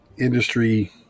industry